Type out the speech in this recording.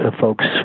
folks